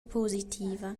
positiva